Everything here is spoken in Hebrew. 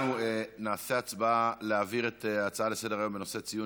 אנחנו נעשה הצבעה להעביר את ההצעות לסדר-היום בנושא ציון